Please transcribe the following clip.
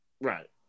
Right